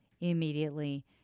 immediately